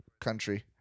country